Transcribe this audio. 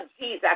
Jesus